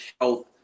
health